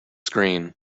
screen